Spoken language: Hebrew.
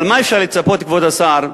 אבל מה אפשר לצפות, כבוד השר,